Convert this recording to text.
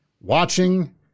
Watching